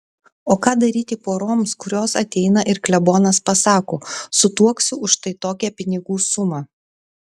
o ką daryti poroms kurios ateina ir klebonas pasako sutuoksiu už štai tokią pinigų sumą